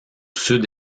sud